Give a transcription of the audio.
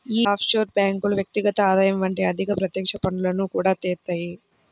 యీ ఆఫ్షోర్ బ్యేంకులు వ్యక్తిగత ఆదాయం వంటి అధిక ప్రత్యక్ష పన్నులను కూడా యేత్తాయి